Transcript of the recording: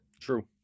True